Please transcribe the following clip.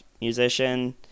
musician